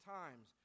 times